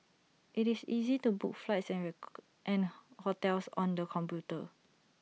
IT is easy to book flights and and hotels on the computer